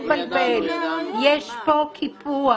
יש פה קיפוח.